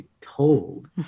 told